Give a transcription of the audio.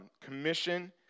commission